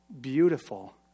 beautiful